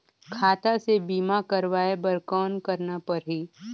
खाता से बीमा करवाय बर कौन करना परही?